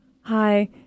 Hi